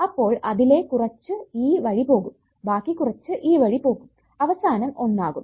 അപ്പോൾ അതിലെ കുറച്ചു ഈ വഴി പോകും ബാക്കി കുറച്ചു ഈ വഴി പോകും അവസാനം ഒന്നാകും